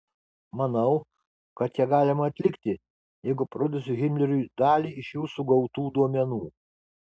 manau kad ją galima atlikti jeigu parodysiu himleriui dalį iš jūsų gautų duomenų